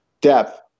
depth